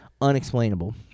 unexplainable